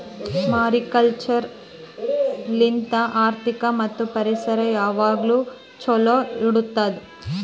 mariculture ಲಿಂತ್ ಆರ್ಥಿಕ ಮತ್ತ್ ಪರಿಸರ ಯಾವಾಗ್ಲೂ ಛಲೋ ಇಡತ್ತುದ್